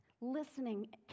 listening